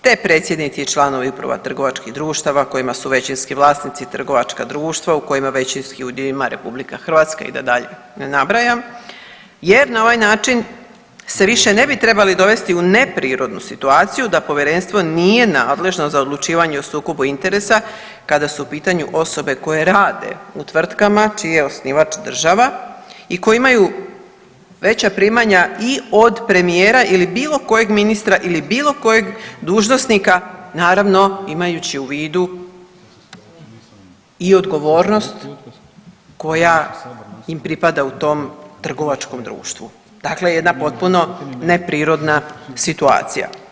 te predsjednici i članovi uprava trgovačkih društava kojima su većinski vlasnici trgovačka društva u kojima većinski udio ima RH i da dalje ne nabrajam jer na ovaj način se više ne bi trebali dovesti u neprirodnu situaciju da povjerenstvo nije nadležno za odlučivanje o sukobu interesa kada su u pitanju osobe koje rade u tvrtkama čiji je osnivač država i koji imaju veća primanja i od premijera ili bilo kojeg ministra ili bilo kojeg dužnosnika, naravno imajući u vidu i odgovornost koja im pripada u tom trgovačkom društvu, dakle jedna potpuno neprirodna situacija.